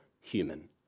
human